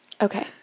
okay